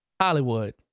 Hollywood